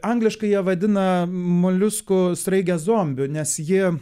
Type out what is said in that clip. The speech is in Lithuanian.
angliškai ją vadina moliuskų sraige zombiu nes ji